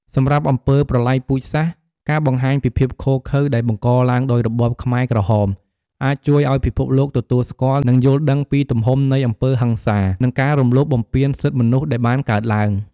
សម្រាប់អំពើប្រល័យពូជសាសន៍ ការបង្ហាញពីភាពឃោរឃៅដែលបង្កឡើងដោយរបបខ្មែរក្រហម អាចជួយឱ្យពិភពលោកទទួលស្គាល់ និងយល់ដឹងពីទំហំនៃអំពើហិង្សា និងការរំលោភបំពានសិទ្ធិមនុស្សដែលបានកើតឡើង។